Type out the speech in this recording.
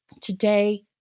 today